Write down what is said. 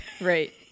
right